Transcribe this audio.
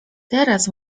teraz